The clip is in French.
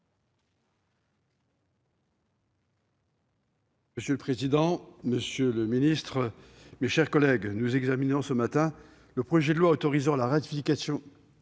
Monsieur le président, monsieur le secrétaire d'État, mes chers collègues, nous examinons ce matin le projet de loi autorisant la ratification